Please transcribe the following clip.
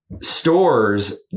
stores